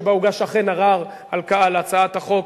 שבה הוגש אכן ערר על הצעת החוק,